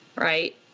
right